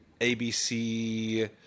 ABC